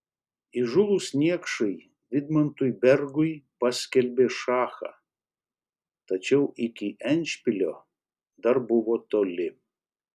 įžūlūs niekšai vidmantui bergui paskelbė šachą tačiau iki endšpilio dar buvo toli